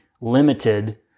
limited